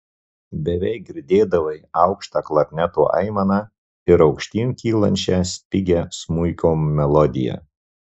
beveik girdėdavai aukštą klarneto aimaną ir aukštyn kylančią spigią smuiko melodiją